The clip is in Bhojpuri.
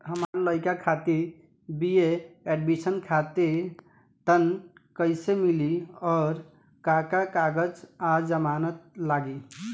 हमार लइका खातिर बी.ए एडमिशन खातिर ऋण कइसे मिली और का का कागज आ जमानत लागी?